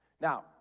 Now